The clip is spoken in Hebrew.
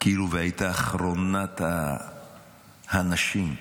כאילו הייתה אחרונת האנשים.